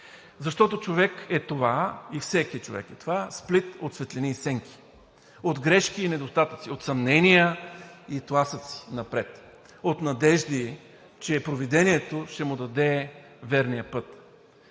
защото човек е това – сплит от светлини и сенки, от грешки и недостатъци, от съмнения и тласъци напред, от надежди, че провидението ще му даде верния път.